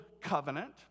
Covenant